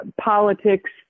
politics